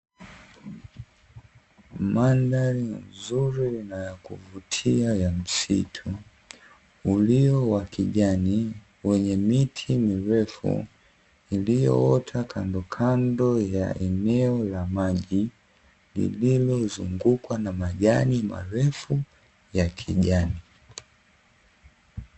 Mandhari nzuri na ya kuvutia ya msitu. Ulio wa kijani wenye miti mirefu, iliyoota kando kando ya eneo la maji lililozungukwa na majani marefu ya kijani.